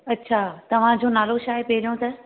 अछा तव्हांजो नालो छा आहे पहिरियों त